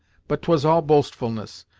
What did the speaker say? but twas all boastfulness,